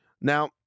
Now